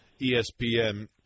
ESPN